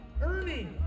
Ernie